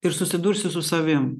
ir susidursiu su savim